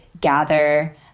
gather